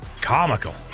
comical